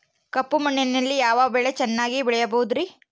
ಕಪ್ಪು ಮಣ್ಣಿನಲ್ಲಿ ಯಾವ ಬೆಳೆ ಚೆನ್ನಾಗಿ ಬೆಳೆಯಬಹುದ್ರಿ?